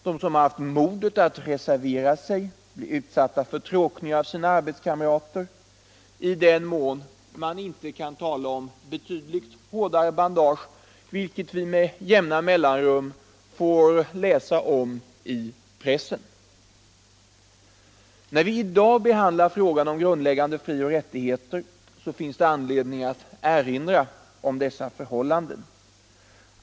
De som haft mod att reservera sig blir utsatta för tråkningar av arbetskamraterna — i den mån man inte kan tala om betydligt hårdare bandage, vilket vi med jämna mellanrum får läsa om i pressen. När vi i dag behandlar frågan om grundläggande frioch rättigheter finns det anledning att erinra om dessa förhållanden.